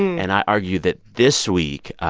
and i argue that this week,